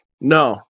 No